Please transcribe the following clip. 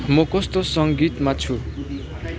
म कस्तो सङ्गीतमा छु